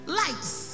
lights